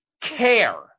care